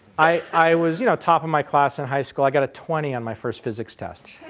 i i was you know top of my class in high school i got a twenty on my first physics test.